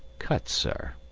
cut, sir,